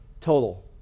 total